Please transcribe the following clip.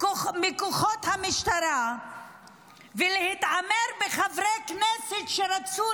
מכוחות המשטרה ולהתעמר בחברי כנסת שרצו